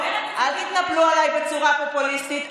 אל תתנפלו עליי בצורה פופוליסטית,